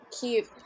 keep